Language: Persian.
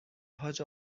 حاج